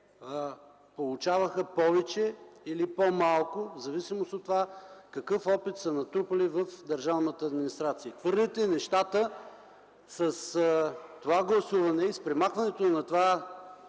получаваха повече или по-малко в зависимост от това какъв опит са натрупали в държавната администрация. С това гласуване и с премахването на това